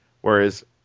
Whereas